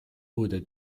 uude